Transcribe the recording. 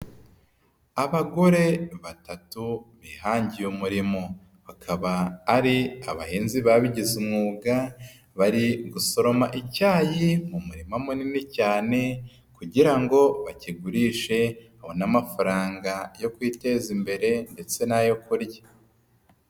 Abagore batatu bihangiye umurimo bakaba ari abahinzi babigize umwuga bari gusoroma icyayi mu murima munini cyane kugira ngo bakigurishe babone amafaranga yo kwiteza imbere ndetse n'ayo kurya.